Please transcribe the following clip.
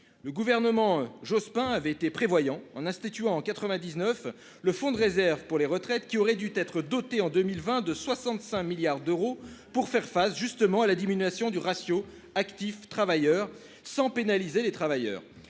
le gouvernement Jospin avait été prévoyants en instituant en 99 le fonds de réserve pour les retraites qui aurait dû être dotée en 2020 de 65 milliards d'euros pour faire face justement à la diminution du ratio actifs travailleurs sans pénaliser les travailleurs.